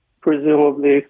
presumably